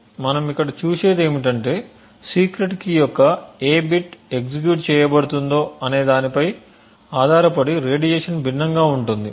కాబట్టి మనం ఇక్కడ చూసేది ఏమిటంటే సీక్రెట్ కీ యొక్క ఏ బిట్ ఎగ్జిక్యూట్ చేయబడుతుందో అనే దానిపై ఆధారపడి రేడియేషన్ భిన్నంగా ఉంటుంది